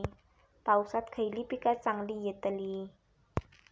पावसात खयली पीका चांगली येतली?